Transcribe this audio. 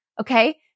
Okay